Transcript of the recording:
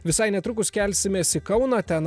visai netrukus kelsimės į kauną ten